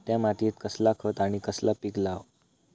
त्या मात्येत कसला खत आणि कसला पीक लाव?